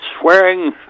swearing